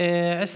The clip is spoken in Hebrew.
אדוני היושב-ראש,